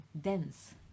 dense